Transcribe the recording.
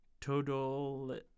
total